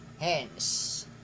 Hence